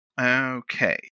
Okay